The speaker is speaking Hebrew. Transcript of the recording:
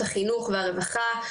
החינוך והרווחה,